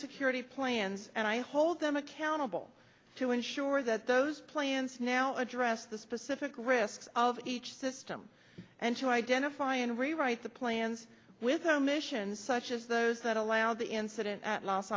security plans and i hold them accountable to ensure that those plans now address the specific risks of each system and to identify and rewrite the plans with omissions such as those that allow the incident at los